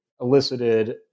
elicited